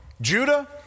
Judah